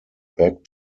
back